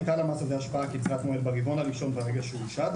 הייתה למס הזה השפעה קצרת מועד ברבעון הראשון ברגע שהוא הושת,